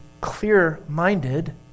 clear-minded